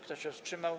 Kto się wstrzymał?